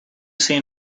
seen